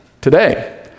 today